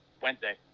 Wednesday